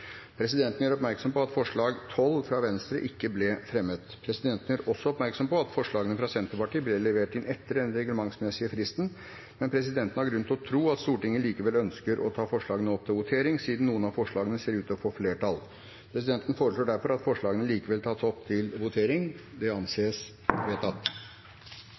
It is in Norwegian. Presidenten gjør oppmerksom på at forslag nr. 12, fra Venstre, ikke ble fremmet. Presidenten gjør også oppmerksom på at forslagene fra Senterpartiet ble levert inn etter den reglementsmessige fristen, men presidenten har grunn til å tro at Stortinget likevel ønsker å ta forslagene opp til votering, siden noen av forslagene ser ut til å få flertall. Presidenten foreslår derfor at forslagene likevel tas opp til votering. – Det anses vedtatt.